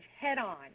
head-on